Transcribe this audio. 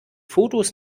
fotos